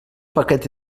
paquet